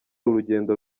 urugendo